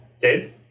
Dave